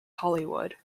hollywood